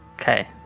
Okay